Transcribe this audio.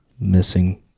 missing